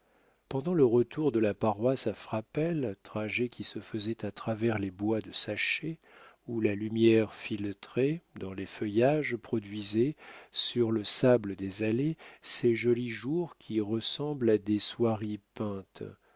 pendant le retour de la paroisse à frapesle trajet qui se faisait à travers les bois de saché où la lumière filtrée dans les feuillages produisait sur le sable des allées ces jolis jours qui ressemblent à des soieries peintes